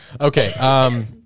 Okay